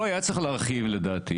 פה היה צריך להרחיב לדעתי,